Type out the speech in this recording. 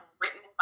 written